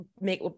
make